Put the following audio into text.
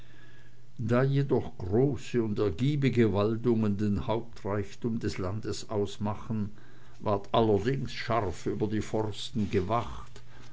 da jedoch große und ergiebige waldungen den hauptreichtum des landes ausmachten ward allerdings scharf über die forsten gewacht